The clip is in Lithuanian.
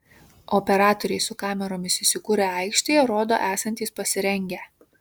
operatoriai su kameromis įsikūrę aikštėje rodo esantys pasirengę